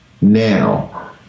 Now